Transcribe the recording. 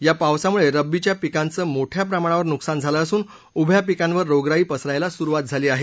या पावसामुळे रब्बीच्या पिकांचं मोठ्या प्रमाणावर नुकसान झालं असून उभ्या पिकांवर रोगराई पसरायला सुरुवात झाली आहे